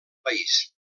país